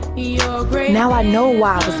now i know why